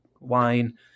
wine